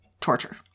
torture